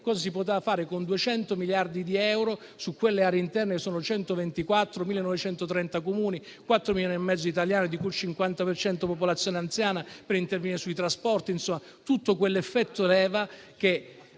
cosa si poteva fare con 200 miliardi di euro su quelle 124 aree interne, con 1.930 Comuni e 4 milioni e mezzo di italiani, di cui il 50 per cento è popolazione anziana, per intervenire sui trasporti; insomma, tutto quell'effetto leva che